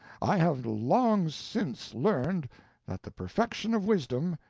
i have long since learned that the perfection of wisdom,